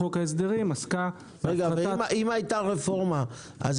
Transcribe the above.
מחוק ההסדרים -- אם הייתה רפורמה אז